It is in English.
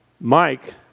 Mike